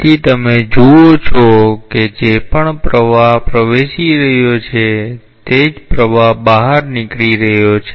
તેથી તમે જુઓ છો કે જે પણ પ્રવાહ પ્રવેશી રહ્યો છે તે જ પ્રવાહ બહાર નીકળી રહ્યો છે